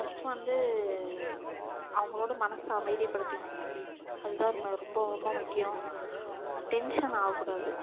first வந்து அவங்களோட மனதை அமைதி படுத்திக்கணும் அதுதான் ம ரொம்ப ரொம்ப முக்கியம் டென்ஷன் ஆகக்கூடாது